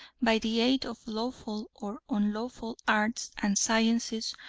by the aid of lawful or unlawful arts and sciences,